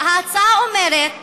ההצעה אומרת